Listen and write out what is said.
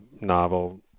novel